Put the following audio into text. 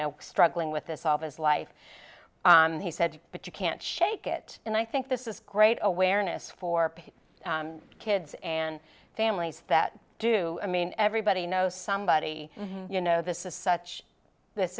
know struggling with this all his life he said but you can't shake it and i think this is great awareness for kids and families that do i mean everybody knows somebody you know this is such this